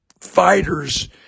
fighters